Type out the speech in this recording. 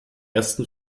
ersten